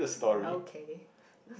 ya okay